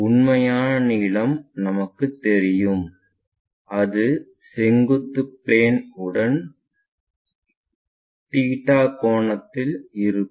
உண்மையான நீளம் நமக்குத் தெரியும் அது செங்குத்து பிளேன் உடன் தீட்டா கோணத்தில் இருக்கும்